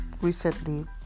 recently